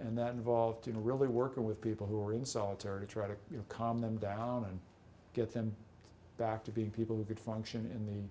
and that involved you know really working with people who are in solitary to try to calm them down and get them back to being people who would function in the